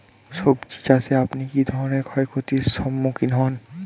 সবজী চাষে আপনি কী ধরনের ক্ষয়ক্ষতির সম্মুক্ষীণ হন?